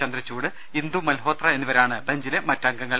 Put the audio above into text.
ചന്ദ്രചൂഡ് ഇന്ദു മൽഹോത്ര എന്നിവരാണ് ബെഞ്ചിലെ മറ്റ് അംഗങ്ങൾ